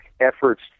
efforts